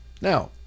Now